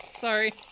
Sorry